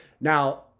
Now